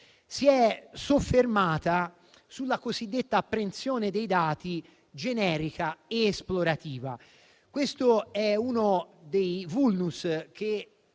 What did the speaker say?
si è soffermata sulla cosiddetta apprensione dei dati generica ed esplorativa. Questo è uno dei *vulnus* che